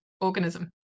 organism